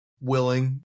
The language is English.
willing